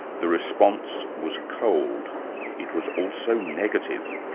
the response was cold it was also negative.